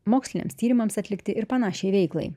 moksliniams tyrimams atlikti ir panašiai veiklai